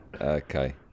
Okay